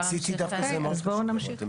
CT זה דווקא מאוד חשוב לראות.